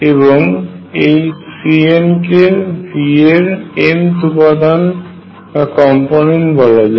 এবং এই Cn কে V এর nth উপাদান বলা যায়